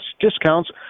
discounts